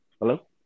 Hello